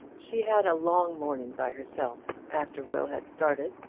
she had a long morning by herself after will had started,